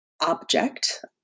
object